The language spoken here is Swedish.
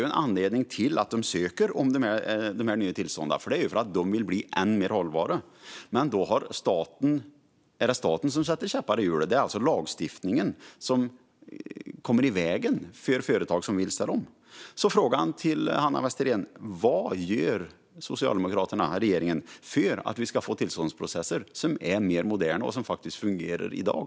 En anledning till att de söker de här nya tillstånden är ju att de vill bli ännu mer hållbara. Men då sätter staten käppar i hjulen. Lagstiftningen kommer i vägen för företag som vill ställa om. Frågan till Hanna Westerén är: Vad gör Socialdemokraterna och regeringen för att vi ska få tillståndsprocesser som är mer moderna och som faktiskt fungerar i dag?